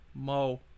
Mo